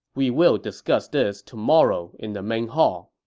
we will discuss this tomorrow in the main hall.